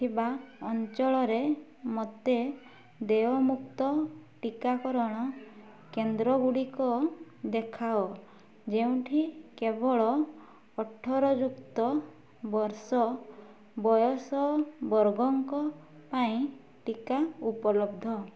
ଥିବା ଅଞ୍ଚଳରେ ମତେ ଦେୟମୁକ୍ତ ଟିକାକରଣ କେନ୍ଦ୍ରଗୁଡ଼ିକ ଦେଖାଅ ଯେଉଁଠି କେବଳ ଅଠର ଯୁକ୍ତ ବର୍ଷ ବୟସ ବର୍ଗଙ୍କ ପାଇଁ ଟିକା ଉପଲବ୍ଧ